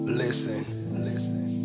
listen